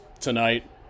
tonight